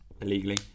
illegally